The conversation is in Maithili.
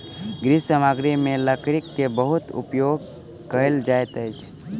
गृह सामग्री में लकड़ी के बहुत उपयोग कयल जाइत अछि